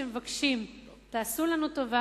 שמבקשים: תעשו לנו טובה,